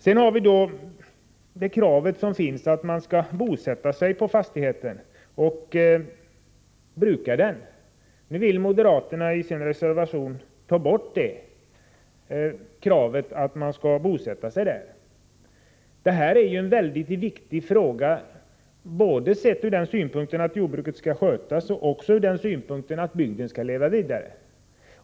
Sedan har vi då kravet att man skall bosätta sig på fastigheten och bruka den. Nu vill moderaterna i sin reservation ta bort kravet att man skall bosätta sig där. Det här är ju en väldigt viktig fråga, både ur den synpunkten att jordbruket skall skötas och också sett ur den synpunkten att bygden skall leva vidare.